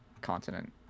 continent